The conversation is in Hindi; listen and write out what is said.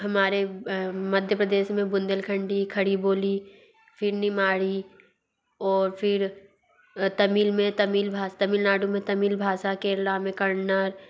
हमारे मध्य प्रदेस में बुन्देलखंडी खड़ी बोली फिर निमाड़ी और फिर तमिल में तमिल भा तमिल नाडु में तमिल भाषा केरल में कन्नड़